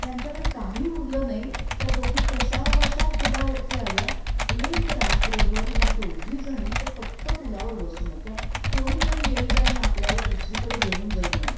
यांच्याकडे काही उरलं नाही त्या दोघी कशाबशा पुलावरती आल्या एक रात्रभर ह्या दोघीजणी त्या फक्त पुलावर बसून होत्या कोणीतरी येईल आणि आपल्याला दुसरीकडं घेऊन जाईल म्हणून